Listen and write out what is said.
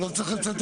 זה לא צריך לצטט,